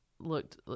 Looked